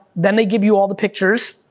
then they give you all the pictures,